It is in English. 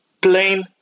plain